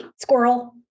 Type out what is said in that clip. squirrel